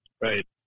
right